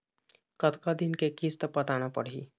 कतका दिन के किस्त पटाना पड़ही?